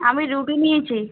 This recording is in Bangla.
আমি রুটি নিয়েছি